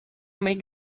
make